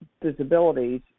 disabilities